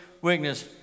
weakness